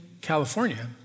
California